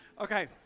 Okay